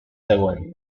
zegoen